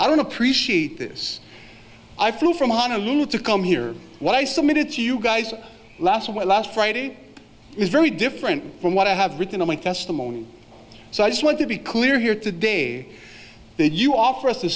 i don't appreciate this i flew from honolulu to come here what i submitted to you guys last well last friday is very different from what i have written only testimony so i just want to be clear here to day that you offer us the